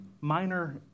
minor